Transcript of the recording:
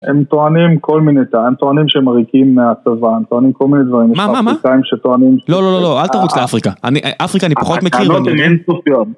הם טוענים כל מיני דברים, טוענים שהם עריקים מהצבא, טוענים כל מיני דברים, יש אפריקאים שטוענים... לא, לא, לא, אל תרוץ לאפריקה, אפריקה אני פחות מכירה.